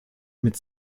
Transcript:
mit